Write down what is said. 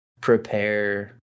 prepare